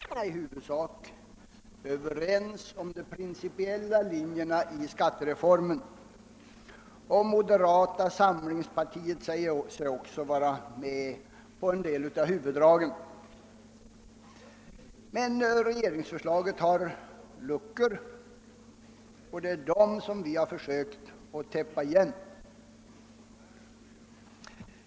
Herr talman! Som jag tidigare framhållit här i kammaren är centerpartiet, folkpartiet och socialdemokraterna i huvudsak ense om de principiella riktlinjerna för skattereformen, och moderata samlingspartiet säger sig också kunna acceptera en del av huvuddragen. Men regeringsförslaget har luckor, och det är dem vi har försökt täppa igen.